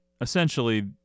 essentially